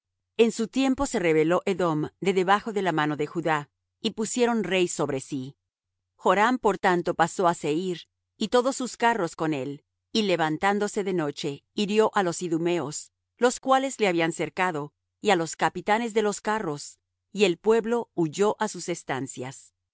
en su tiempo se rebeló edom de debajo de la mano de judá y pusieron rey sobre sí joram por tanto pasó á seir y todos sus carros con él y levantándose de noche hirió á los idumeos los cuales le habían cercado y á los capitanes de los carros y el pueblo huyó á sus estancias